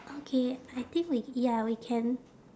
okay I think we ya we can